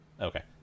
Okay